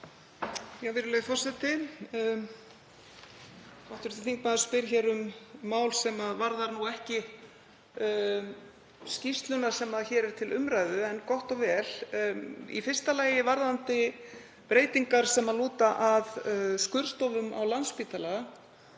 Virðulegi forseti. Hv. þingmaður spyr hér um mál sem varðar nú ekki skýrsluna sem hér er til umræðu. En gott og vel. Í fyrsta lagi varðandi breytingar sem lúta að skurðstofum á Landspítala